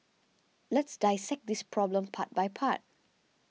let's dissect this problem part by part